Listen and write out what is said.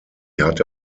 hatte